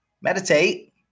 meditate